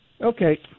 Okay